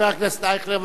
חבר הכנסת אייכלר,